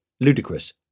ludicrous